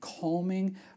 calming